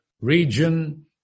region